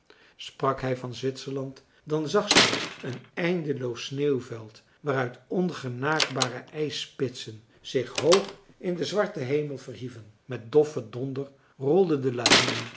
sprak hij van zwitserland dan zag zij een eindeloos sneeuwveld waaruit ongenaakbare ijsspitsen zich hoog in den zwarten hemel verhieven met doffen donder rolden de